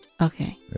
Okay